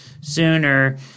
sooner